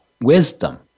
wisdom